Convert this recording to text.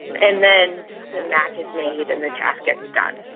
and then the match is made and the task gets done.